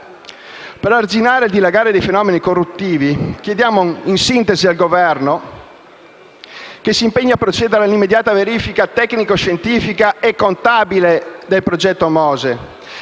Per arginare il dilagare dei fenomeni corruttivi, chiediamo in sintesi al Governo che si impegni a procedere all'immediata verifica tecnico-scientifica e contabile del progetto MOSE,